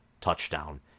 touchdown